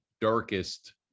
darkest